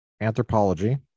anthropology